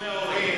תשלומי ההורים